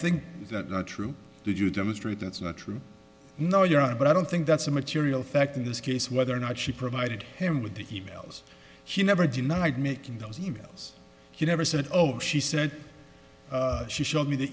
think is that not true did you demonstrate that's not true no your honor but i don't think that's a material fact in this case whether or not she provided him with the e mails she never denied making those e mails you never said oh she said she showed me the